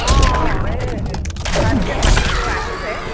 অঁ অঁ এই ফায়াৰ ব্ৰিগেড মাতিছোঁ আহিছে